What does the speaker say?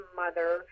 mother